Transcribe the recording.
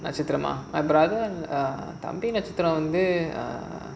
my brother